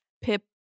Pip